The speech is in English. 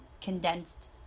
condensed